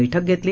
बैठक घेतली